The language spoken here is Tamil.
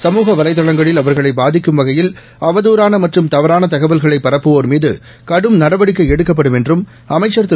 சமூக வலைதளங்களில் அவர்களை பாதிக்கும் வகையில் அவதூறான மற்றும் தவறான தகவல்களை பரப்புவோர் மீது கடும் நடவடிக்கை எடுக்கப்படும் என்றும் அமைச்சர் திரு